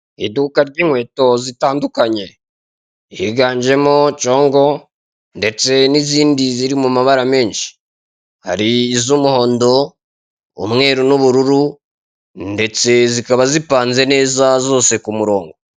Iduka ry'inkweto zitandukanye higanjemo congo, ndetse n'izindi ziri mu mabara menshi. Hari iz'umuhondo, umweru n'ubururu, ndetse zikaba zipanze neza zose ku murongo.